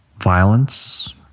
violence